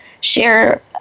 share